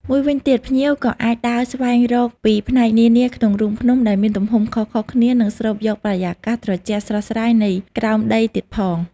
មួយវិញទៀត ភ្ញៀវក៏អាចដើរស្វែងយល់ពីផ្នែកនានាក្នុងរូងភ្នំដែលមានទំហំខុសៗគ្នានិងស្រូបយកបរិយាកាសត្រជាក់ស្រស់ស្រាយនៃក្រោមដីទៀតផង។